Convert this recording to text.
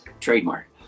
trademark